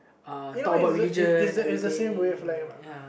you know it's the it's it's the same way I feel about